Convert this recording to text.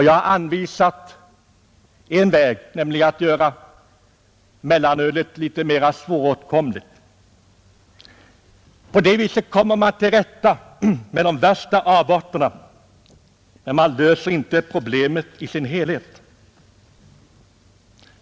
Jag har anvisat en väg, nämligen att göra mellanölet litet mera svåråtkomligt. På det viset kommer man till rätta med de värsta avarterna, men man löser inte problemet i dess helhet.